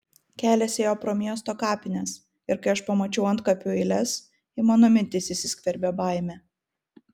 kelias ėjo pro miesto kapines ir kai aš pamačiau antkapių eiles į mano mintis įsiskverbė baimė